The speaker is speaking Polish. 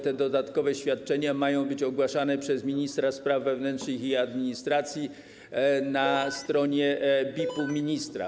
Te dodatkowe świadczenia mają być ogłaszane przez ministra spraw wewnętrznych i administracji na stronie BIP-u ministra.